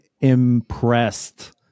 impressed